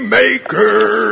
maker